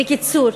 בקיצור,